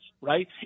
right